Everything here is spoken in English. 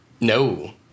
No